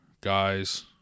guys